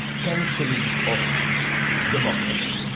cancelling of democracy.